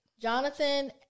Jonathan